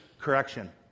correction